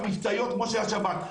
המבצעיות כמו של השב"כ.